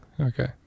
Okay